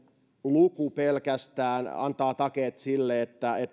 luku pelkästään antaa takeet sille että